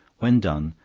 when done,